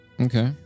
Okay